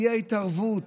אי-התערבות,